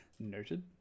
Noted